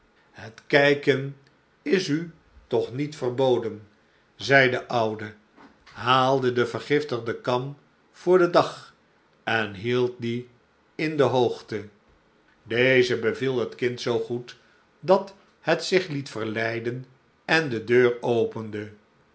het kijken is u toch niet verboden zei de oude haalde de vergiftigde kam voor den dag en hield die in de hoogte deze beviel het kind zoo goed dat het zich liet verleiden en de deur opende